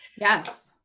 Yes